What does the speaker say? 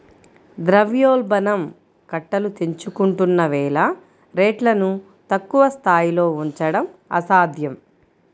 ద్రవ్యోల్బణం కట్టలు తెంచుకుంటున్న వేళ రేట్లను తక్కువ స్థాయిలో ఉంచడం అసాధ్యం